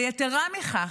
יתרה מכך,